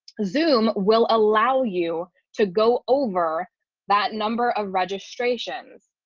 zoom will allow you to go over that number of registrations.